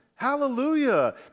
Hallelujah